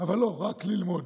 אבל לא רק ללמוד.